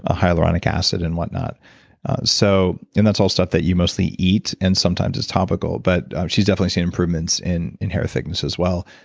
ah hyaluronic acid and what not. so and that's all stuff that you mostly eat and sometimes it's topical but she's definitely seen improvements in in hair thickness as well.